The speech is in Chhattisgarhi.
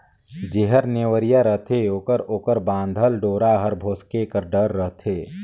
जेहर नेवरिया रहथे ओकर ओकर बाधल डोरा हर भोसके कर डर रहथे